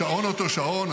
השעון אותו שעון,